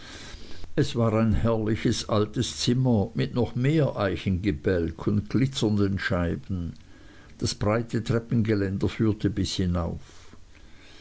es war ein herrliches altes zimmer mit noch mehr eichengebälk und glitzernden scheiben das breite treppengeländer führte bis hinauf